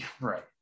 Right